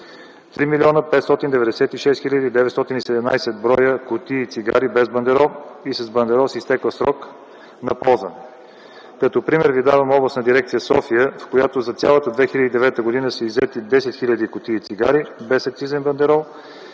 3 млн. 596 хил. 917 броя кутии цигари без бандерол и с бандерол с изтекъл срок на ползване. Като пример ви давам Областна дирекция – София, в която за цялата 2009 г. са иззети 10 хиляди кутии цигари без акцизен бандерол